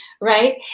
Right